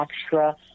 extra